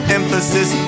emphasis